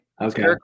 Okay